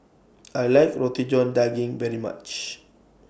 I like Roti John Daging very much